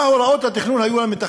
מה היו הוראות התכנון למתכננים?